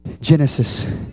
Genesis